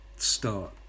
start